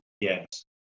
Yes